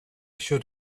should